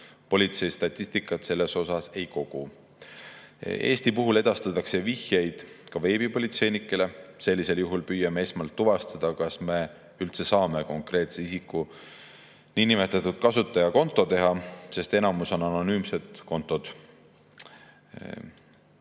Politsei [andmeid] selle kohta ei kogu. Eesti puhul edastatakse vihjeid ka veebipolitseinikele. Sellisel juhul püüame esmalt tuvastada, kas me üldse saame konkreetse isiku kasutajakonto taha, sest enamik on anonüümsed kontod.